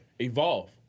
evolve